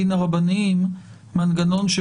אם יש הסדר שאומר שיש מנגנון של